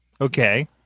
Okay